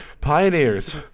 Pioneers